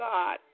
God